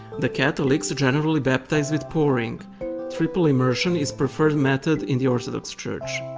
the catholics generally baptize with pouring triple immersion is preferred method in the orthodox church.